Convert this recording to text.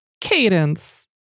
Cadence